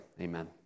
Amen